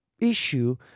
issue